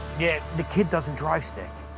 yeah, the kid doesn't drive stick.